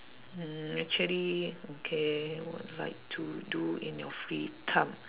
hmm actually okay what like to do in your free time